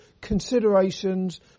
considerations